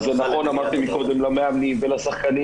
זה נכון - כפי שאמרתי מקודם למאמנים ולשחקנים.